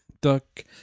Duck